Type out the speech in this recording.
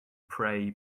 pray